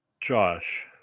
Josh